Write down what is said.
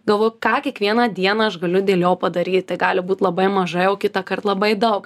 galvoju ką kiekvieną dieną aš galiu dėl jo padaryt tai gali būt labai mažai o kitąkart labai daug